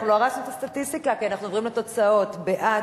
אנחנו לא הרסנו את הסטטיסטיקה כי אנחנו עוברים לתוצאות: בעד,